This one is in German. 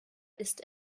ist